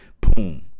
boom